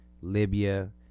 Libya